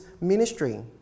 ministry